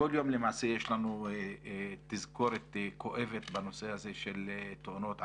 כל יום למעשה יש לנו תזכורת כואבת בנושא הזה של תאונות עבודה,